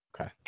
Okay